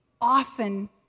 often